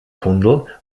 tunnel